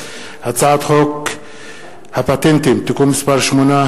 הצעת חוק הפטנטים (תיקון מס' 8),